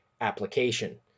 application